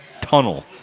tunnel